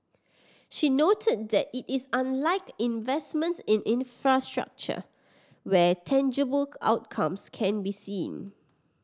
she noted that it is unlike investments in infrastructure where tangible outcomes can be seen